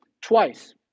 twice